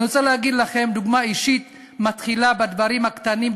אני רוצה להגיד לכם שדוגמה אישית מתחילה בדברים הקטנים,